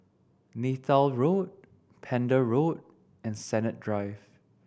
Neythal Road Pender Road and Sennett Drive